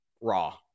Raw